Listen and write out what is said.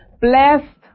blessed